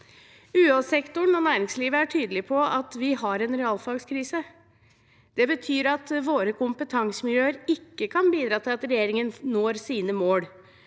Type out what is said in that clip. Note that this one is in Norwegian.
UH-sektoren og næringslivet er tydelige på at vi har en realfagskrise. Det betyr at våre kompetansemiljøer ikke kan bidra til at regjeringen når sine mål.